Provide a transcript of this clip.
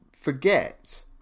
forget